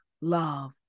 love